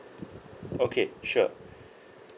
okay sure